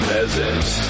Peasants